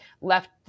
Left